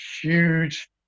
huge